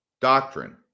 doctrine